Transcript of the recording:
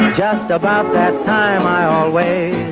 just about that time ah away.